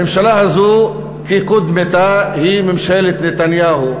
הממשלה הזאת, כקודמתה, היא ממשלת נתניהו.